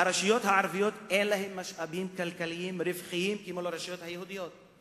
הרשויות הערביות אין להן משאבים כלכליים רווחיים כמו לרשויות היהודיות.